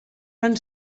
fan